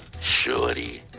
Shorty